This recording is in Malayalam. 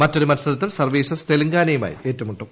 മറ്റൊരു മൽസരത്തിൽ സർവീസസ് തെലങ്കാനയുമായി ഏറ്റുമുട്ടും